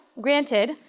granted